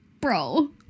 Bro